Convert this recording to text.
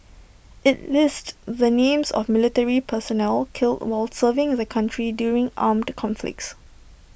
IT lists the names of military personnel killed while serving the country during armed conflicts